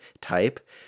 type